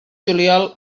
juliol